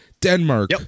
Denmark